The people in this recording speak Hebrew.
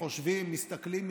מסתכלים,